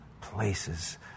places